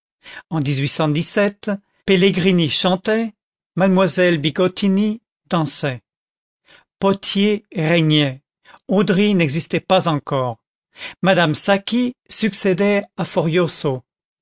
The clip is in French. en pélcrin chantait mademoiselle bigottini dansait potier régnait odry n'existait pas encore madame saqui succédait à